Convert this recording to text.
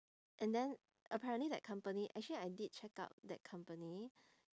and then apparently that company actually I did check out that company